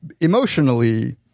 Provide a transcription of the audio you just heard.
emotionally